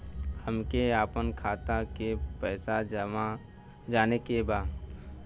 हमके आपन खाता के पैसा जाने के बा